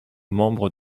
membre